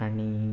आनी